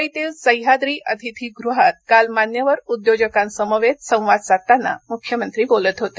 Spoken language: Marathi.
मुंबईतील सह्याद्री अतिथीगृहात काल मान्यवर उद्योजकांसमवेत संवाद साधताना मुख्यमंत्री बोलत होते